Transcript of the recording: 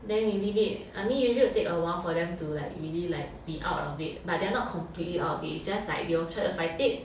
then we leave it I mean usually it'll take awhile for them to like really like be out of it but they are not completely out of it it's just like they will try to fight it